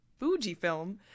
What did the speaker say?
fujifilm